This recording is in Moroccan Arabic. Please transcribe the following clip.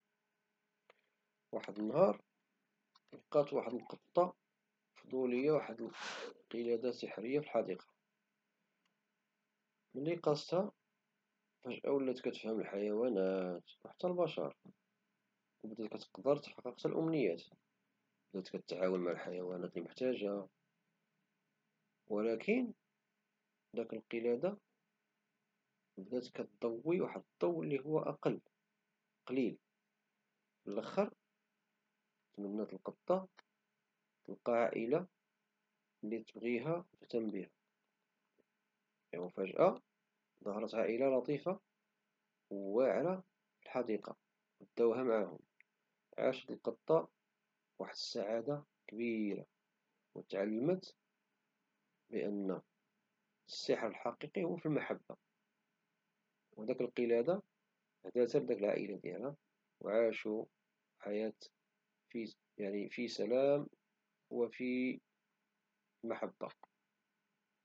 واحد النهار لقات واحد القطة واحد القلادة سحرية في الحديقة مني قاستها فجأة ولات كتفهم الحيوانات وحتى البشر او بدات كتقدر تحقق حتى الامنيات بدات كتعاون مع الحيوانات اللي محتاجة ولكن ديك القلادة بدات كضوي الضو اللي هو اقل قليل فلخر تمنات القطة تلقا عائلة اللي تبفيها وتهتم بها او فجأة ظهرت عائلة لطيفة او واعرة في الحديقة داوها معهم عاشت القطة واحد السعادة كبيرة او تعلمت بأن السحر الحقيقي هو في المحبة او داك القلادة هداتها لداك العائلة ديالها او عاشو يعني حياة في سلام وفي محبة